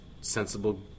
sensible